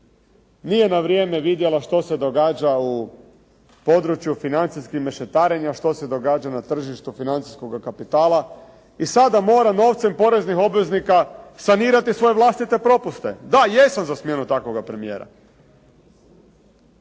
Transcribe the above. nije na vrijeme vidjela što se događa u području financijskih mešetarenja, što se događa na tržištu financijskoga kapitala i sada mora novcem poreznih obveznika sanirati svoje vlastite propuste. Da, jesam za smjenu takvoga premijera.